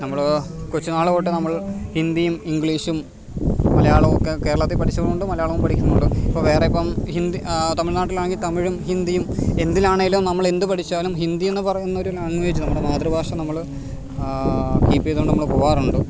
നമ്മൾ കൊച്ചുനാൾ തൊട്ട് നമ്മൾ നമ്മൾ ഹിന്ദിയും ഇംഗ്ലീഷും മലയാളമൊക്കെ കേരളത്തിൽ പഠിച്ചതുകൊണ്ട് മലയാളവും പഠിക്കുന്നുണ്ട് ഇപ്പോൾ വേറെ ഇപ്പം ഹിന്ദി തമിഴ്നാട്ടിലാണെങ്കിൽ തമിഴും ഹിന്ദിയും എന്തിലാണെങ്കിലും നമ്മൾ എന്തു പഠിച്ചാലും ഹിന്ദിയെന്നു പറയുന്നൊരു ലാങ്വേജ് നമ്മുടെ മാതൃഭാഷ നമ്മൾ കീപ്പ് ചെയ്തുകൊണ്ട് നമ്മൾ പോവാറുണ്ട്